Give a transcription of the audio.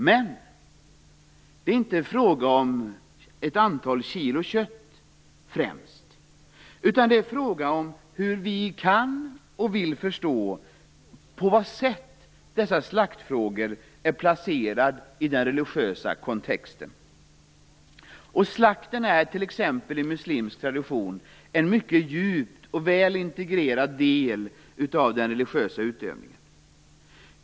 Men det är inte främst fråga om ett antal kilo kött, utan det är fråga om hur vi kan och vill förstå på vad sätt dessa slaktfrågor är placerade i den religiösa kontexten. Det är det andra elementet. Slakten är enligt t.ex. muslimsk tradition en mycket djup och väl integrerad del av den religiösa utövningen.